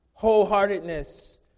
wholeheartedness